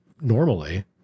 normally